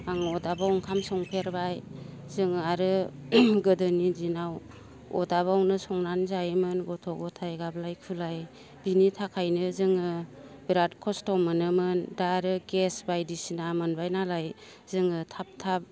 आं अरदाबाव ओंखाम संफेरबाय जोङो आरो गोदोनि दिनाव अरदाबावनो संनानै जायोमोन गथ' गथाय गाबलाय खुलाय बेनि थाखायनो जोङो बिराद खस्त' मोनोमोन दा आरो गेस बायदिसिना मोनबाय नालाय जोङो थाब थाब